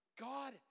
God